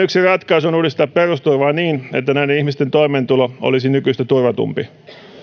yksi ratkaisu on uudistaa perusturvaa niin että näiden ihmisten toimeentulo olisi nykyistä turvatumpi